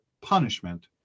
punishment